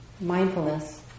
mindfulness